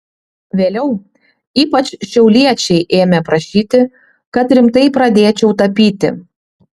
vėliau ypač šiauliečiai ėmė prašyti kad rimtai pradėčiau tapyti